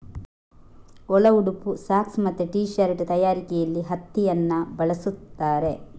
ಒಳ ಉಡುಪು, ಸಾಕ್ಸ್ ಮತ್ತೆ ಟೀ ಶರ್ಟ್ ತಯಾರಿಕೆಯಲ್ಲಿ ಹತ್ತಿಯನ್ನ ಬಳಸ್ತಾರೆ